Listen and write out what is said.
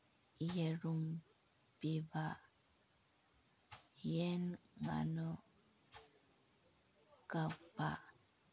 ꯌꯦꯔꯨꯝ ꯄꯤꯕ ꯌꯦꯟ ꯉꯥꯅꯨ ꯀꯛꯄ